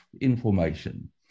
information